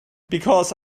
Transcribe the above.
because